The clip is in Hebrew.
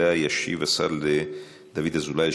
שעליהן ישיב השר דוד אזולאי,